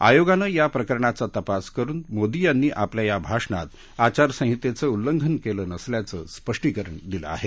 आयोगानं या प्रकरणाचा तपास करून मोदी यांनी आपल्या या भाषणात आचारसंहितेचं उल्लंघन केलं नसल्याचं स्पष्टीकरण दिलं आहे